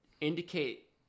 indicate